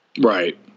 Right